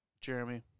Jeremy